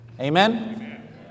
Amen